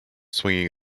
swing